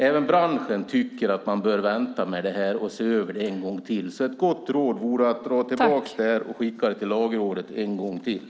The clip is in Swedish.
Även branschen tycker att man bör vänta med detta och se över det en gång till. Ett gott råd vore alltså att dra tillbaka detta och skicka det till Lagrådet en gång till.